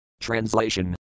Translation